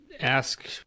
ask